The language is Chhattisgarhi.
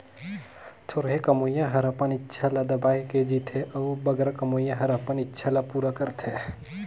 थोरहें कमोइया हर अपन इक्छा ल दबाए के जीथे अउ बगरा कमोइया हर अपन इक्छा ल पूरा करथे